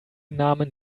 namen